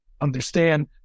understand